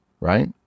right